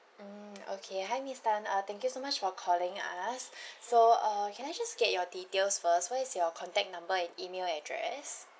mm okay hi miss tan uh thank you so much for calling us so uh can I just get your details first what is your contact number and email address